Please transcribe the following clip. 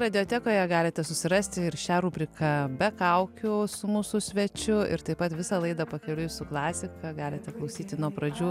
radiatekoje galite susirasti ir šią rubriką be kaukių su mūsų svečiu ir taip pat visą laidą pakeliui su klasika galite klausyti nuo pradžių